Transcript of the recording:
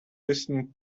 listen